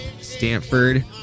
Stanford